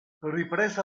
ripresa